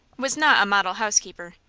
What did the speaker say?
was not a model housekeeper,